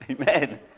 Amen